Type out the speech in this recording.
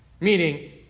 Meaning